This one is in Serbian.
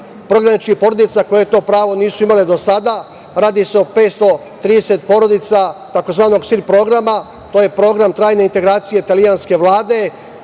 prognaničnih porodica koje to pravo nisu imale do sada, radi se o 530 porodica tzv. „Sir programa“. To je program trajne integracije italijanske Vlade.